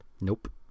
Nope